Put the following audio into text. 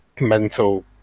mental